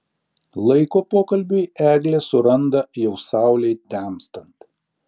laiko pokalbiui eglė suranda jau saulei temstant